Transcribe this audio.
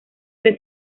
tres